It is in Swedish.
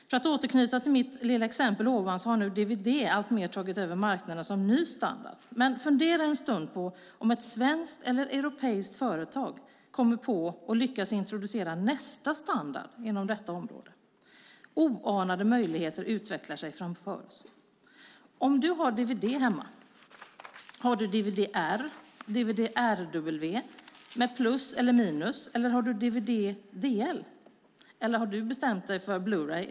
För att återknyta till mitt lilla tidigare exempel har nu dvd alltmer tagit över marknaden som ny standard. Men fundera en stund på om ett svenskt eller europeiskt företag kommer på och lyckas introducera nästa standard inom detta område. Oanade möjligheten utvecklar sig framför oss. Om du har dvd hemma, har du då dvd-r, dvd-rw med plus eller minus eller har du dvd-dl? Eller har du bestämt dig för Blue Ray?